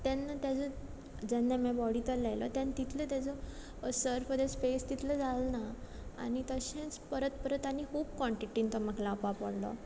तेन्ना तेजो जेन्ना म्हाजी बॉडी तो लायलो तेन्ना तितलो तेजो असर फेस तितलो जालो ना आनी तशेंच परत परत आनी खूब कॉनटिटीन तो म्हाका लावपा पडलो